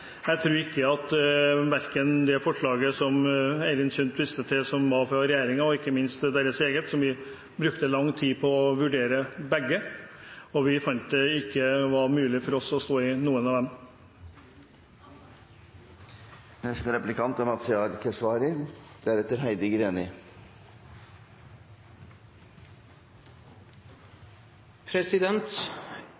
det forslaget som Eirin Sund viste til, som var fra regjeringen, og ikke minst deres eget, og vi fant at det ikke var mulig for oss å stå inne for noen av